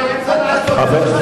בתוכנית,